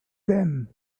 them